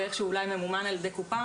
ואולי ממומן איכשהו על ידי קופה,